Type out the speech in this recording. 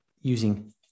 using